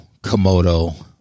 Komodo